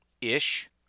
ish